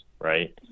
Right